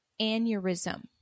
aneurysm